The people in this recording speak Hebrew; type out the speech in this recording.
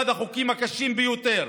אחד החוקים הקשים ביותר.